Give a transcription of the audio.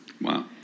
Wow